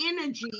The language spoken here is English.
energy